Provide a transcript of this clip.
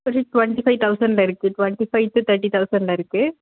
ஒரு twenty five தௌசண்ட்டில் இருக்குது ட்வெண்ட்டி ஃபை டு தேர்ட்டி தௌசண்ட்டில் இருக்குது